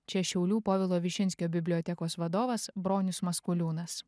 čia šiaulių povilo višinskio bibliotekos vadovas bronius maskuliūnas